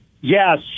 Yes